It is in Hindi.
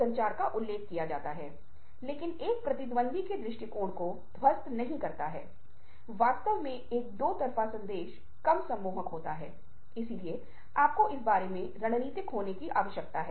संक्षेप में आप प्रतिक्रिया की जांच करने के लिए आगे बढ़ते हैं अब यह बहुत महत्वपूर्ण है जहां बोलने का तत्व बहुत हल्के ढंग से आता है लेकिन यह महत्वपूर्ण है कि आप चेक को पार कर लें कि आप सही तरीके से समझ गए हैं कि कभी कोई अस्पष्टता है जिसे आपको जांचना है और एक प्रतिक्रिया लेने की आवश्यकता है